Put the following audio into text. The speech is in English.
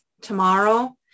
tomorrow